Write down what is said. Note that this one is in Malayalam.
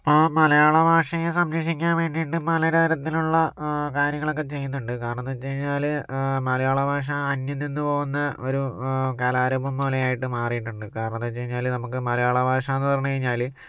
ഇപ്പോൾ മലയാള ഭാഷയെ സംരക്ഷിക്കാൻ വേണ്ടിയിട്ട് പലതരത്തിലുള്ള കാര്യങ്ങളൊക്കെ ചെയ്യുന്നുണ്ട് കാരണം എന്താന്ന് വച്ചാല് മലയാള ഭാഷ അന്യം നിന്ന് പോകുന്ന ഒരു കലാരൂപം പോലെ ആയിട്ട് മാറിയിട്ടുണ്ട് കാരണം എന്താന്ന് വച്ച് കഴിഞ്ഞാല് നമുക്ക് മലയാളഭാഷാന്ന് പറഞ്ഞ് കഴിഞ്ഞാല്